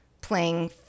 playing